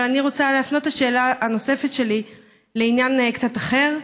אבל אני רוצה להפנות את השאלה הנוספת שלי לעניין קצת אחר,